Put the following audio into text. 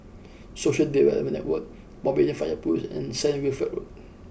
Social Development Network Mountbatten Fire Post and Saint Wilfred Road